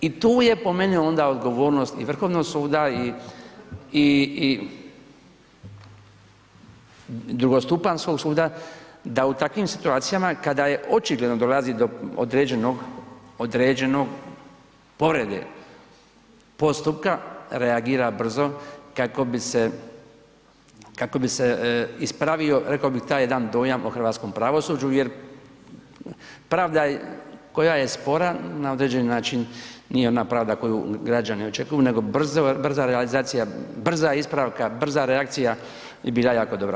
I tu je po meni onda odgovornost i Vrhovnog suda i drugostupanjskog suda da u takvim situacijama kada očigledno dolazi do određene povrede postupka, reagira brzo kako bi se, kako bi se ispravio rekao bih taj jedan dojam o hrvatskom pravosuđu jer pravda koja je spora na određeni način nije ona pravda koju građani očekuju nego brza realizacija, brza ispravka, brza reakcija bi bila jako dobra.